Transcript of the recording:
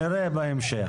נראה בהמשך.